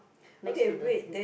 next to the